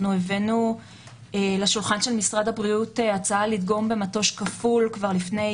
אנחנו הבאנו לשולחן של משרד הבריאות הצעה לדגום במטוש כפול כבר לפני